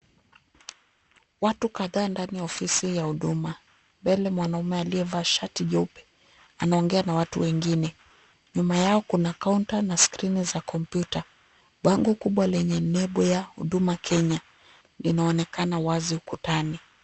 Watu kadhaa ndani ya ofisi ya huduma. Mbele mwanaume aliyevaa shati jeupe anaongea na watu wengine. Nyuma yao kuna kaunta na skrini za kompyuta. Bango kubwa lenye nembo ya huduma Kenya linaonekana wazi ukutani.